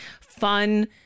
fun